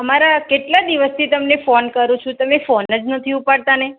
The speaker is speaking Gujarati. તમારા કેટલા દિવસથી તમને ફોન કરું છું તમે ફોન જ નથી ઉપડતા ને